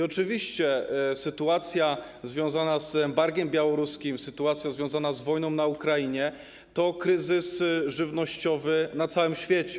Oczywiście sytuacja związana z embargiem białoruskim, sytuacja związana z wojną na Ukrainie to kryzys żywnościowy na całym świecie.